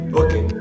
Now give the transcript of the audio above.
okay